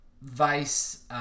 Vice